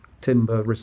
timber